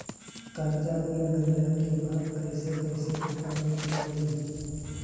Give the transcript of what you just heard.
कर्जा मिल गईला के बाद कैसे कैसे चुकावे के पड़ी?